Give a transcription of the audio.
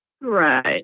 Right